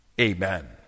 Amen